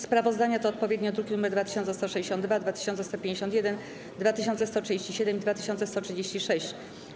Sprawozdania to odpowiednio druki nr 2162, 2151, 2137 i 2136.